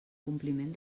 compliment